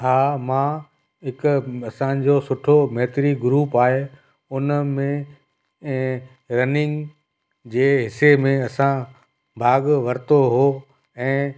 हा मां हिकु असांजो सुठो मैत्री ग्रुप आहे उन में ऐं रनिंग जे हिसे में असां भाॻु वरितो हो ऐं